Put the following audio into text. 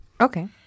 Okay